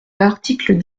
l’article